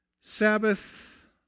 Sabbath